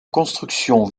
construction